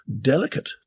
delicate